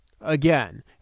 again